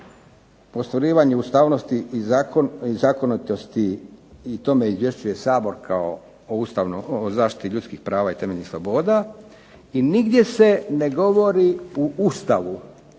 ostvarivanju ustavnosti i zakonitosti i o tome izvješćuje Sabor kao o zaštiti ljudskih prava i temeljnih sloboda i nigdje se ne govori u Ustavu,